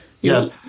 Yes